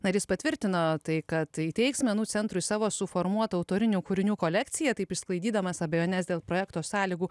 na ir jis patvirtino tai kad įteiks menų centrui savo suformuotą autorinių kūrinių kolekciją taip išsklaidydamas abejones dėl projekto sąlygų